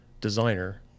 designer